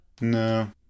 No